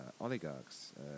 oligarchs